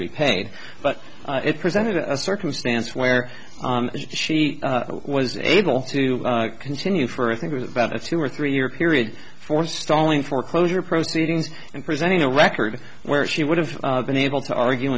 repaid but it presented a circumstance where she was able to continue for thinking about a two or three year period for stalling foreclosure proceedings and presenting a record where she would have been able to argue